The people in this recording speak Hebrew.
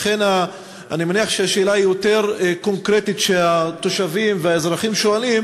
לכן אני מניח שהשאלה היותר-קונקרטית שהתושבים והאזרחים שואלים